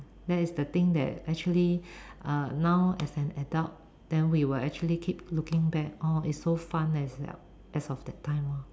that is the thing that actually uh now as an adult then we will actually keep looking back oh it's so fun as of as of that time lor